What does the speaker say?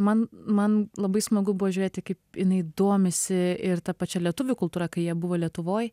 man man labai smagu buvo žiūrėti kaip jinai domisi ir ta pačia lietuvių kultūra kai jie buvo lietuvoj